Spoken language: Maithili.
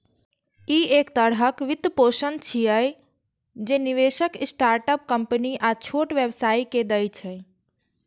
ई एक तरहक वित्तपोषण छियै, जे निवेशक स्टार्टअप कंपनी आ छोट व्यवसायी कें दै छै